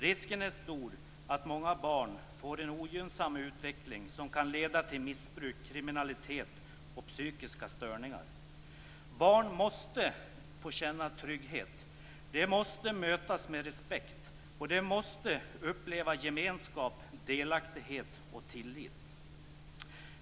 Risken är stor att många barn får en ogynnsam utveckling som kan leda till missbruk, kriminalitet och psykiska störningar. Barn måste få känna trygghet. De måste mötas med respekt, och de måste uppleva gemenskap, delaktighet och tillit.